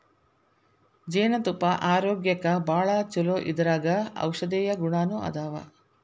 ಜೇನತುಪ್ಪಾ ಆರೋಗ್ಯಕ್ಕ ಭಾಳ ಚುಲೊ ಇದರಾಗ ಔಷದೇಯ ಗುಣಾನು ಅದಾವ